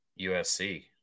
USC